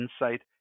insight